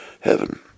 heaven